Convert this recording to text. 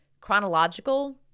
chronological